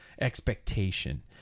expectation